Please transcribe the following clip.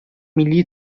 milli